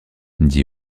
dit